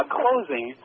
closing